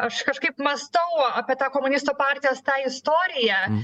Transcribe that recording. aš kažkaip mąstau apie tą komunistų partijos tą istoriją